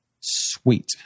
Sweet